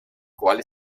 quale